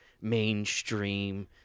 mainstream